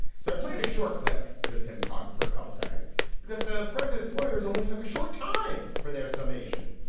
so i played a short clip, just him talking for a couple seconds because the president's lawyers only took a short time for their summation.